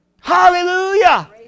Hallelujah